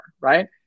right